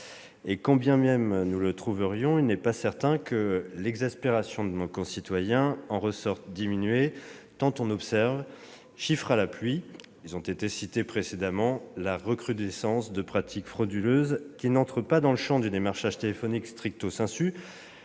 quand bien même nous le trouverions, il n'est pas certain que l'exaspération de nos citoyens en ressortirait diminuée, tant on observe, chiffres à l'appui- ils ont été cités précédemment -, la recrudescence de pratiques frauduleuses qui n'entrent pas dans le champ du démarchage téléphonique, fussent-elles